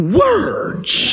words